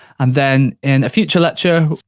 and then, in a future lecture,